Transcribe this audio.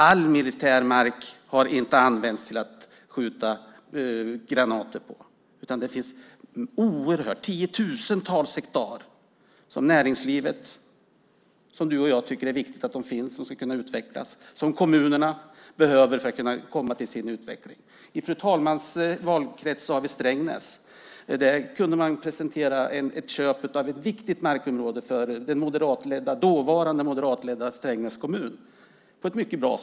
All militär mark har inte använts till att skjuta granater på. Det finns tiotusentals hektar mark som näringslivet, du och jag tycker är viktig och kan utvecklas och som kommunerna behöver för sin utveckling. I fru talmannens valkrets finns Strängnäs. Där kunde man presentera ett köp av ett viktigt markområde. Det var den dåvarande moderatledda Strängnäs kommun. Det var bra.